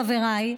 חבריי,